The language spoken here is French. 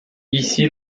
ici